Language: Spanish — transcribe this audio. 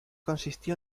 consistió